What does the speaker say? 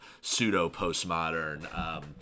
pseudo-postmodern